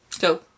Go